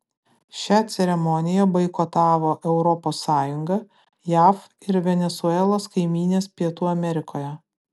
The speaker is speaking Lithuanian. šią ceremoniją boikotavo europos sąjunga jav ir venesuelos kaimynės pietų amerikoje